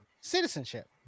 citizenship